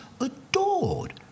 adored